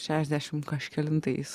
šešdešim kažkelintais